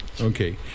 Okay